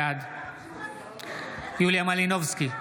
בעד יוליה מלינובסקי,